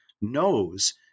knows